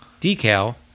decal